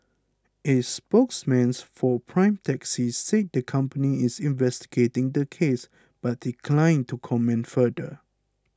a spokesman's for Prime Taxi said the company is investigating the case but declined to comment further